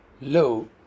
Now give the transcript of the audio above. low